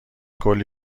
کلی